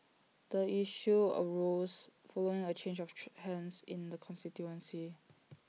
the issue arose following A change of true hands in the constituency